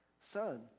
Son